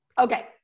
Okay